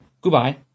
goodbye